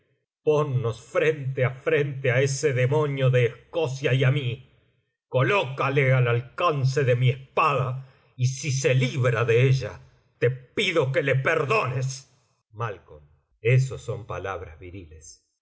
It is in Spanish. ponnos frente á frente á ese demonio de escocia y á mí colócale al alcance de mi espada y si se libra de ella te pido que le perdones malc eso son palabras viriles